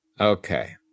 Okay